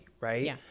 right